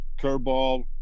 curveball